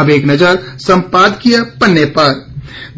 अब एक नज़र सम्पादकीय पन्ने पर